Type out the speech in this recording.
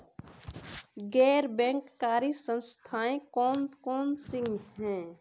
गैर बैंककारी संस्थाएँ कौन कौन सी हैं?